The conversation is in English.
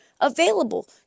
available